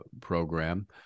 program